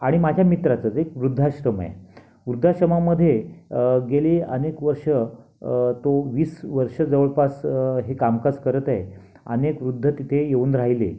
आणि माझ्या मित्राचंच एक वृद्धाश्रम आहे वृद्धाश्रमामध्ये गेली अनेक वर्ष तो वीस वर्ष जवळपास हे कामकाज करत आहे अनेक वृद्ध तिथे येऊन राहिले